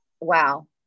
Wow